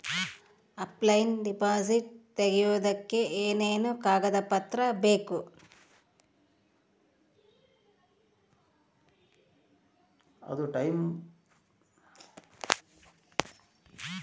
Offline deposit ತೆಗಿಯೋದಕ್ಕೆ ಏನೇನು ಕಾಗದ ಪತ್ರ ಬೇಕು?